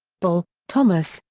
uebel, thomas,